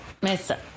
mesa